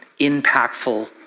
impactful